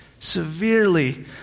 Severely